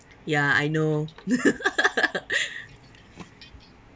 ya I know